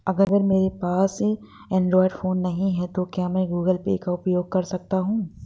अगर मेरे पास एंड्रॉइड फोन नहीं है तो क्या मैं गूगल पे का उपयोग कर सकता हूं?